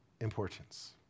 importance